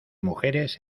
mujeres